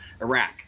iraq